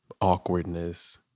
awkwardness